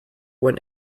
when